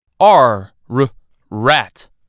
R-r-rat